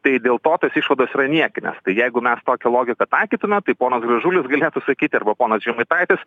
tai dėl to tos išvados yra niekinės tai jeigu mes tokią logiką taikytume tai ponas gražulis galėtų sakyti arba ponas žemaitaitis